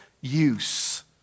use